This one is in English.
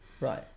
right